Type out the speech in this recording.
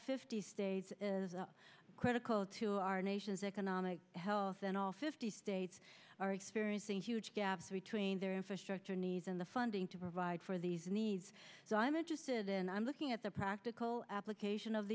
fifty states is critical to our nation's economic health and all fifty states are experiencing huge gaps between their infrastructure needs and the funding to provide for these needs so i'm interested in i'm looking at the practical application of